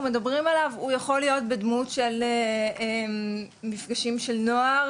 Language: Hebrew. מדברים עליו הוא יכול להיות בדמות של מפגשים של נוער,